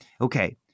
Okay